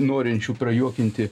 norinčių prajuokinti